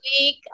week